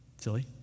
silly